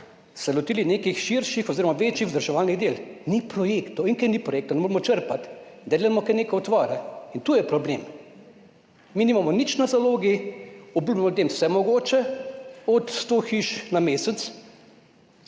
lotili nekih širših oziroma večjih vzdrževalnih del. Ni projektov in ker ni projektov, ne moremo črpati, delamo kar neke utvare. To je problem. Mi nimamo nič na zalogi, obljubimo ljudem vse mogoče, od sto montažnih hiš na mesec,